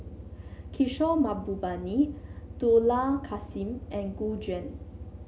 Kishore Mahbubani Dollah Kassim and Gu Juan